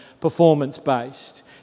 performance-based